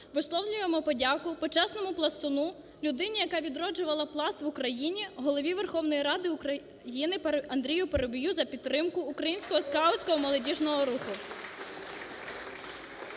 висловлюємо подяку почесному пластуну, людині, яка відроджувала "Пласт" в Україні, Голові Верховної Ради України Андрію Парубію за підтримку українського скаутського молодіжного руху.